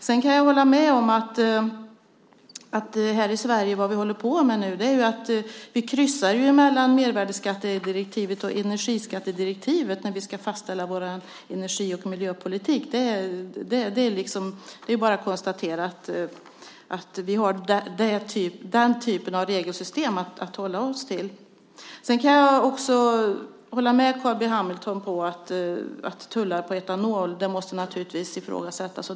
Sedan kan jag hålla med om att det vi nu håller på med i Sverige är att kryssa mellan mervärdesskattedirektivet och energiskattedirektivet när vi ska fastställa vår energi och miljöpolitik. Det är bara att konstatera att vi har den typen av regelsystem att hålla oss till. Jag kan också hålla med Carl B Hamilton om att tullar på etanol naturligtvis måste ifrågasättas.